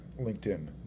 LinkedIn